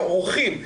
עורכים,